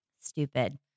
Stupid